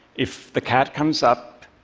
if the cat comes up,